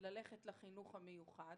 ללכת לחינוך המיוחד